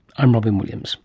i'm robyn williams